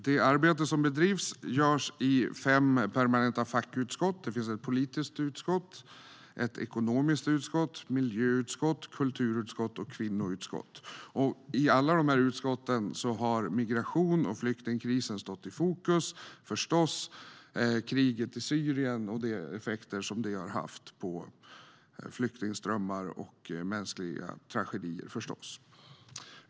Det arbete som bedrivs görs i fem permanenta fackutskott. Det finns ett politiskt utskott, ett ekonomiskt utskott, ett miljöutskott, ett kulturutskott och ett kvinnoutskott. I alla de utskotten har migration och flyktingkrisen förstås stått i fokus. Det handlar om kriget i Syrien och de effekter som det har haft i form av flyktingströmmar och mänskliga tragedier.